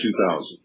2000